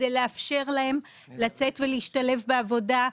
זה לאפשר להם לצאת ולהשתלב בעבודה,